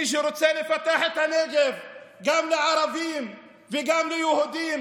מי שרוצה לפתח את הנגב גם לערבים וגם ליהודים,